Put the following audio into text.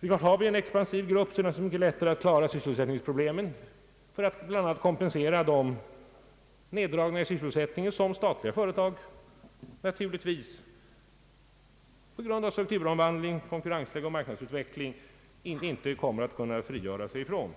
För en expansiv grupp är det naturligtvis mycket lättare att klara sysselsättningsproblemen och bland annat kompensera de neddragningar i sysselsättningen som stat liga företag naturligtvis — på grund av strukturomvandling, konkurrensläge och marknadsutveckling — inte kom mer att kunna frigöra sig ifrån.